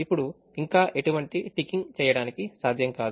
ఇప్పుడు ఇంకా ఎటువంటి టికింగ్ చేయడానికి సాధ్యంకాదు